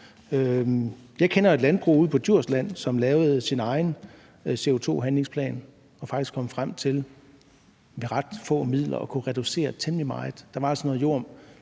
Jeg kender et landbrug ude på Djursland, som lavede sin egen CO2-handlingsplan og faktisk kom frem til med ret få midler at kunne reducere temmelig meget. Der var noget